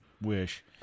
wish